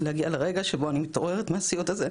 להגיע לרגע שבו אני מתעוררת מהסיוט הזה,